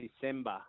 December